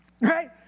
right